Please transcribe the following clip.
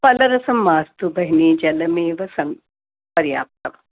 फलरसं मास्तु बहिनी जलमेव सं पर्याप्तं